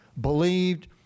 believed